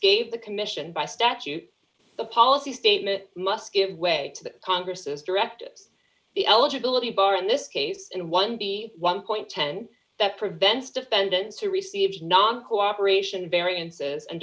gave the commission by statute the policy statement must give way to the congress's directives the eligibility bar in this case and one b one point one that prevents defendants who receive non cooperation variances and